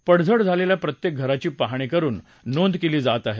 पडझड झालेल्या प्रत्येक घराची पाहणी करुन नोंद केली जात आहे